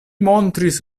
montris